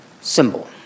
symbol